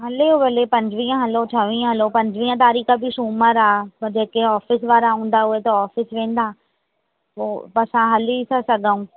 हले उह हले पंजवीह हलो छवीह हलो पंजवीह तारीख़ बि सूमरु आहे त जेके ऑफिस वारा हूंदा उहे त ऑफिस वेंदा पोइ असां हली था सघूं